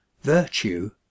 virtue